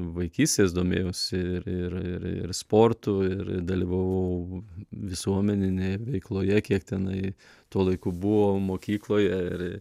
vaikystės domėjausi ir ir ir ir sportu ir dalyvavau visuomeninėje veikloje kiek tenai tuo laiku buvo mokykloje iri